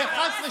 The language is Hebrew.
ב-11,